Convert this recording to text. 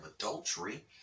adultery